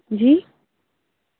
جی